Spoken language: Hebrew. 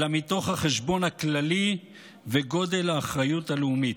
אלא מתוך החשבון הכללי וגודל האחריות הלאומית.